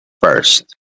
first